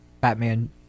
Batman